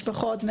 משפחות,